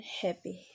happy